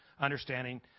understanding